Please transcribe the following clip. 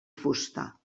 fusta